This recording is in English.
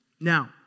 Now